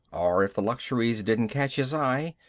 or if the luxuries didn't catch his eye,